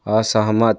असहमत